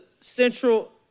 central